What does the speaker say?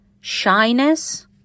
shyness